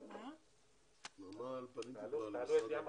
לרתום את משרד החינוך למהלך כדי שיוציא את הקול